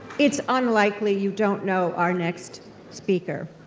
it's unlikely you don't know our next speaker.